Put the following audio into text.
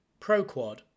ProQuad